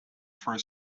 for